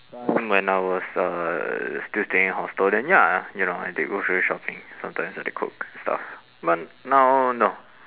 time when I was uh still staying in hostel then ya you know I did grocery shopping sometimes I did cook and stuff but now no